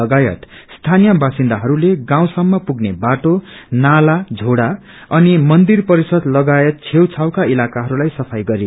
लगायत स्थीय वासिन्दाहरूले गाउँसम्म पुग्ने बाटो नालाझोडा अनि मन्दिर परिसर लागायत छकउछाउका इलाकाहरूलाई सफाई गरे